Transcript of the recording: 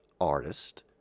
artist